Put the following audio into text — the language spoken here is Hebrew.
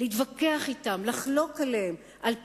להתווכח אתם, לחלוק עליהם, על פרס,